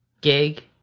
gig